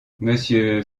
monsieur